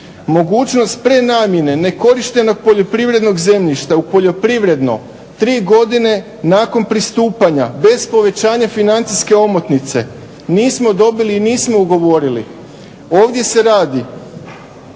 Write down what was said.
mogućnost prenamjene nekorištenog poljoprivrednog zemljišta u poljoprivredno tri godine nakon pristupanja bez povećanja financijske omotnice, nismo dobili i nismo ugovorili. Ovdje se radi